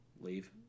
leave